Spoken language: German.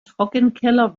trockenkeller